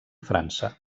frança